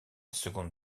seconde